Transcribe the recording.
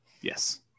yes